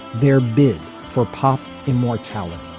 they're big for pop immortality.